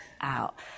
out